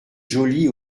jolie